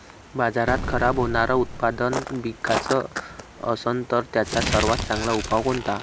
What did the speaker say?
बाजारात खराब होनारं उत्पादन विकाच असन तर त्याचा सर्वात चांगला उपाव कोनता?